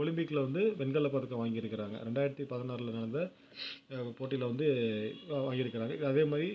ஒலிம்பிக்கில் வந்து வெண்கலப் பதக்கம் வாங்கியிருக்கறாங்க ரெண்டாயிரத்திப் பதனாறில் நடந்த போட்டியில் வந்து வாங்கி இருக்கிறாங்க அதே மாதிரி